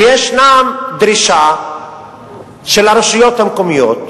ויש דרישה של הרשויות המקומיות,